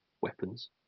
weapons